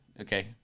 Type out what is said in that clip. okay